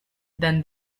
than